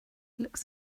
looks